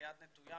היד נטויה,